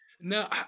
No